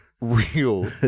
real